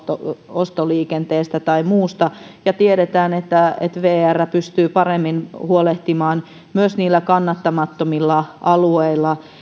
ostoliikenteestä tai muusta ja tiedetään että vr pystyy paremmin huolehtimaan myös niillä kannattamattomilla alueilla